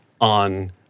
on